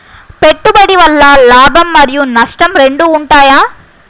పెట్టుబడి వల్ల లాభం మరియు నష్టం రెండు ఉంటాయా?